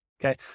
Okay